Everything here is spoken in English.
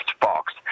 Fox